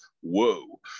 whoa